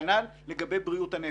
כנ"ל לגבי בריאות הנפש.